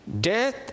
death